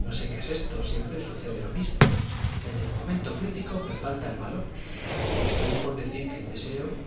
no sé qué es esto siempre sucede lo mismo en el momento crítico me falta el valor y estoy por decir que el deseo